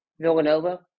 Villanova